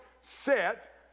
set